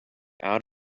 out